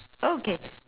okay